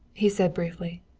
he said briefly.